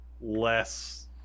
less